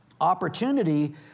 opportunity